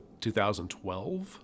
2012